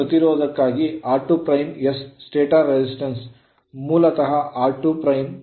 ಈ ಪ್ರತಿರೋಧಕ್ಕಾಗಿ r2' s stator resistance ಪ್ರತಿರೋಧ ಇದು ಮೂಲತಃ r2'